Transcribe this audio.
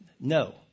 No